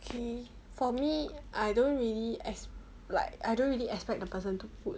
okay for me I don't really ex~ like I don't really expect the person to put